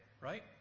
right